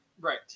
Right